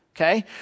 Okay